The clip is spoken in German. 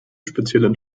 speziellen